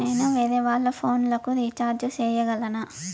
నేను వేరేవాళ్ల ఫోను లకు రీచార్జి సేయగలనా?